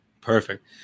Perfect